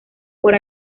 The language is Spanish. por